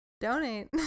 Donate